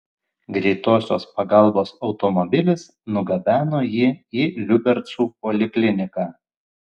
greitosios pagalbos automobilis nugabeno jį į liubercų polikliniką